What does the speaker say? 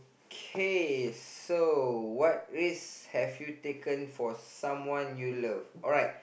okay so what race have you taken for someone you love alright